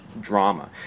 Drama